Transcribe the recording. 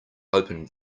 opened